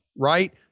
right